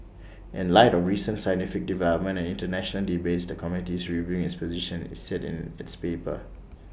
in light of recent scientific developments and International debates the committee is reviewing its position IT said in its paper